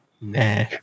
Nah